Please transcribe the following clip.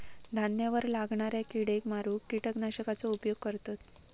धान्यावर लागणाऱ्या किडेक मारूक किटकनाशकांचा उपयोग करतत